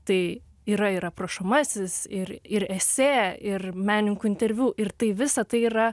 tai yra ir aprašomasis ir ir esė ir menininkų interviu ir tai visa tai yra